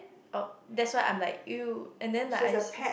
oh that's why I'm like !eww! and then like I see